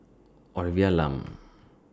Olivia Lum